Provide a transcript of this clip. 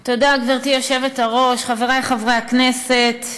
תודה, גברתי היושבת-ראש, חברי חברי הכנסת,